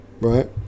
right